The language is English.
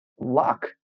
luck